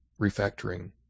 refactoring